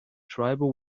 tribal